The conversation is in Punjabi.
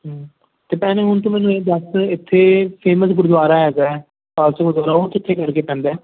ਹੁੰ ਅਤੇ ਭੈਣੇ ਹੁਣ ਤੂੰ ਮੈਨੂੰ ਇਹ ਦੱਸ ਇੱਥੇ ਫੇਮਸ ਗੁਰਦੁਆਰਾ ਹੈਗਾ ਹੈ ਉਹ ਕਿੱਥੇ ਕਰਕੇ ਪੈਂਦਾ